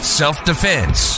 self-defense